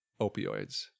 opioids